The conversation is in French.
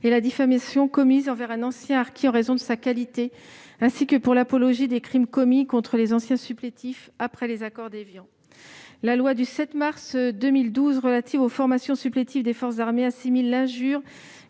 et la diffamation commises envers un harki en raison de sa qualité, ainsi que pour l'apologie des crimes commis contre les anciens supplétifs, après les accords d'Évian. La loi du 7 mars 2012 relative aux formations supplétives des forces armées assimile l'injure